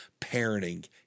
Parenting